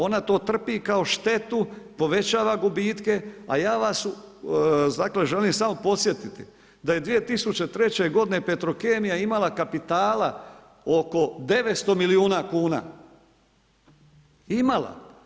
Ona to trpi kao štetu, povećava gubitke, a ja vas želim samo podsjetiti, da je 2003. g. petrokemija imala kapitala oko 900 milijuna kuna, imala.